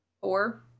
Four